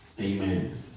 Amen